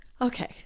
okay